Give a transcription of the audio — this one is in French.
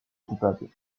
coupable